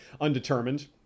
undetermined